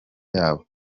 yabo